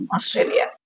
Australia